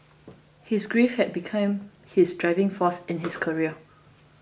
his grief had become his driving force in his career